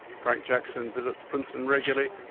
frank jackson visits princeton regularly,